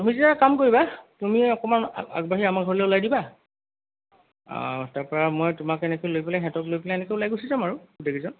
তুমি তেতিয়া কাম কৰিবা তুমি অকণমান আগবাঢ়ি আমাৰ ঘৰলৈ ওলাই দিবা তাৰ পৰা মই তোমাক এনেকৈ লৈ পেলাই সিহঁতক লৈ পেলাই এনেকৈ ওলাই গুচি যাম আৰু গোটেইকেইজন